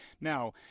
Now